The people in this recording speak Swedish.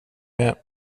med